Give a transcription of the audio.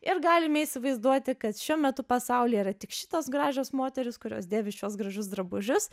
ir galime įsivaizduoti kad šiuo metu pasaulyje yra tik šitos gražios moterys kurios dėvi šiuos gražius drabužius